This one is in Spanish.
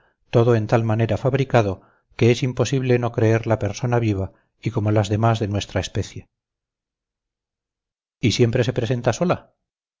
todo en tal manera fabricado que es imposible no creerla persona viva y como las demás de nuestra especie y siempre se presenta sola